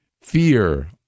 Fear